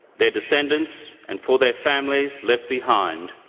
their descendants and for their families left behind,